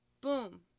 Boom